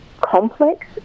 Complex